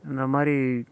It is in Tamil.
இந்த மாதிரி